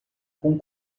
com